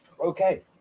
okay